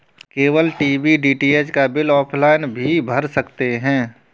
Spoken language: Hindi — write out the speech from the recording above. केबल टीवी डी.टी.एच का बिल ऑफलाइन भी भर सकते हैं